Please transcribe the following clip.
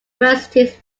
universities